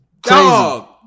dog